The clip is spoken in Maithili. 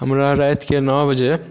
हमरा रातिके नओ बजे